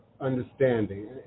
understanding